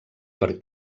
per